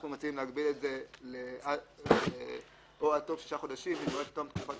אנחנו מציעים להגביל את זה "או עד תום שישה חודשים ממועד תום תקופת